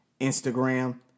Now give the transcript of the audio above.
Instagram